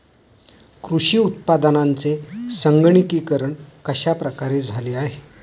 कृषी उत्पादनांचे संगणकीकरण कश्या प्रकारे झाले आहे?